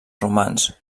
romans